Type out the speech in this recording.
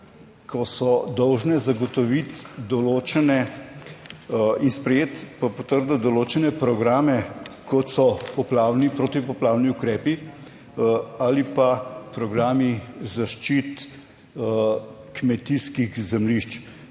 ko so dolžne zagotoviti določene in sprejeti, potrditi določene programe kot so poplavni, protipoplavni ukrepi ali pa programi zaščit kmetijskih zemljišč.